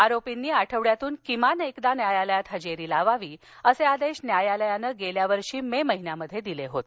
आरोपींनी आठवड्यातून किमान एकदा न्यायालयात हजेरी लावावी असे आदेश न्यायालयानं गेल्या वर्षी मे महिन्यात दिले होते